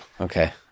okay